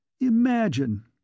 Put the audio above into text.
Imagine